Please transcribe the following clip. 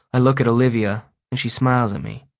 i look at olivia and she smiles at me.